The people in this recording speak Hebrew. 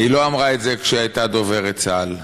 היא לא אמרה את זה כשהייתה דוברת צה"ל,